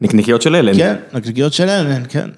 נקניקיות של אלן. כן, נקניקיות של אלן, כן.